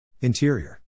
Interior